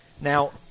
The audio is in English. now